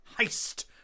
heist